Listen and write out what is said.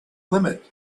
limit